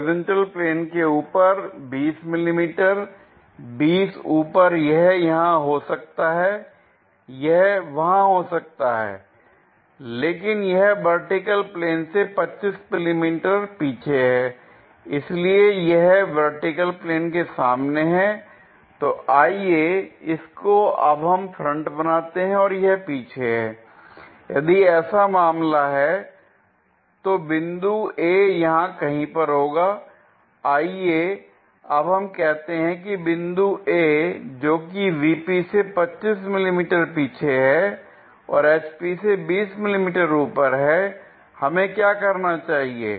horizontal plane के ऊपर 20 millimetre 20 ऊपर यह यहां हो सकता है यह वहां हो सकता है लेकिन यह वर्टिकल प्लेन से 25 मिलीमीटर पीछे है l इसलिए यह वर्टिकल प्लेन के सामने हैं तो आइए इसको अब हम फ्रंट बनाते हैं और यह पीछे है l यदि ऐसा मामला है तो बिंदु a यहां कहीं पर होगा आइए अब हम कहते हैं कि बिंदु a जोकि VP से 25 मिलीमीटर पीछे है और HP से 20 मिलीमीटर ऊपर है l हमें क्या करना चाहिए